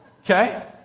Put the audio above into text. Okay